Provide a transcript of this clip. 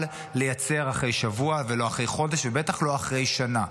לייצר אחרי שבוע ולא אחרי חודש ובטח לא אחרי שנה.